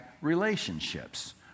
relationships